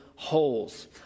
holes